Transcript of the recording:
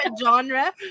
genre